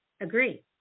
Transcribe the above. agree